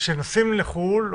כשנוסעים לחו"ל,